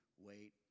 wait